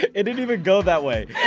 it didn't even go that way! yeah